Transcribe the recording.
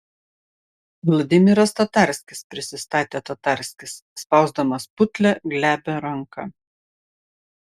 vladimiras tatarskis prisistatė tatarskis spausdamas putlią glebią ranką